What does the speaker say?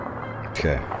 Okay